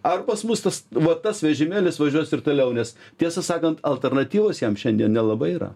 ar pas mus tas va tas vežimėlis važiuos ir toliau nes tiesą sakant alternatyvos jam šiandien nelabai yra